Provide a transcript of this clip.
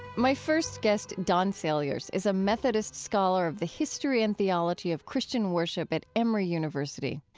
my first guest, don saliers, is a methodist scholar of the history and theology of christian worship at emory university.